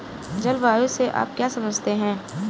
जलवायु से आप क्या समझते हैं?